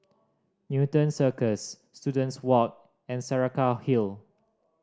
Newton Cirus Students Walk and Saraca Hill